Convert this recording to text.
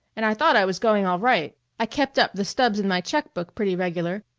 and i thought i was going all right i kept up the stubs in my check-book pretty regular.